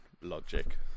logic